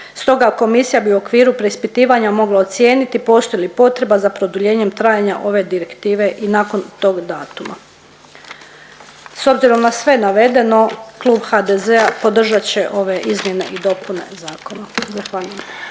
Stoga komisija bi u okviru preispitivanja mogla ocijeniti postoji li potreba za produljenjem trajanja ove direktive i nakon tog datuma. S obzirom na sve navedeno Klub HDZ-a podržat će ove izmjene i dopune zakona.